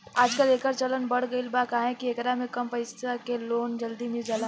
आजकल, एकर चलन बढ़ गईल बा काहे कि एकरा में कम पईसा के लोन जल्दी मिल जाला